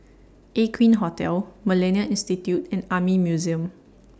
Aqueen Hotel Millennia Institute and Army Museum